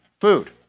food